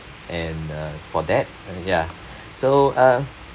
and uh for that ya so uh